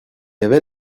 avait